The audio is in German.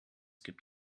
gibt